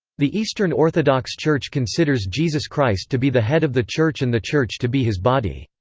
the eastern orthodox church considers jesus christ to be the head of the church and the church to be his body.